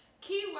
Keyword